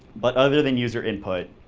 but other than user input,